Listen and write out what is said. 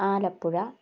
Alappuzha